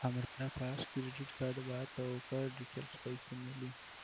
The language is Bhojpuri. हमरा पास क्रेडिट कार्ड बा त ओकर डिटेल्स कइसे मिली?